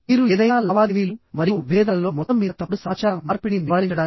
మీరు ఏదైనా లావాదేవీలు మరియు విభేదాలలో మొత్తం మీద తప్పుడు సమాచార మార్పిడిని నివారించడానికి